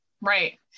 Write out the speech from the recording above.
Right